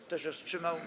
Kto się wstrzymał?